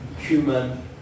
human